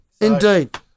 Indeed